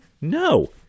No